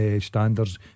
standards